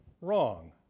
Wrong